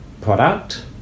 product